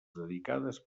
dedicades